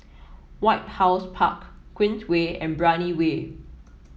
White House Park Queensway and Brani Way